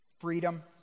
freedom